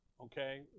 Okay